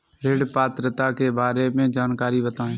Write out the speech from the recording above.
ऋण पात्रता के बारे में जानकारी बताएँ?